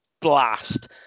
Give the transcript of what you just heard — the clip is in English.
blast